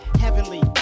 Heavenly